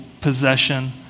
possession